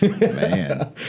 Man